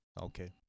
Okay